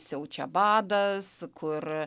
siaučia badas kur